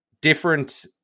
different